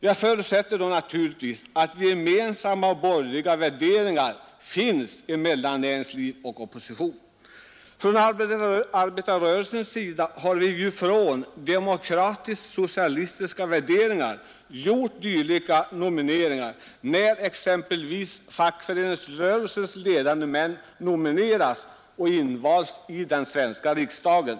Jag förutsätter då naturligtvis att gemensamma borgerliga värderingar finns hos näringsliv och opposition, Från arbetarrörelsens sida har vi ju från demokratisk-socialistiska värderingar gjort dylika nomineringar när exempelvis fackföreningsrörelsens ledande män nominerats och invalts i den svenska riksdagen.